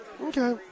Okay